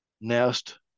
nest